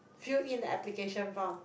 fill in the application form